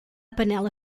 panela